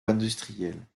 industrielles